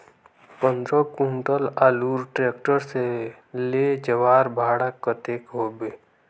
पंद्रह कुंटल आलूर ट्रैक्टर से ले जवार भाड़ा कतेक होबे?